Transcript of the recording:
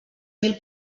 mil